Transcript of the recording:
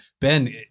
Ben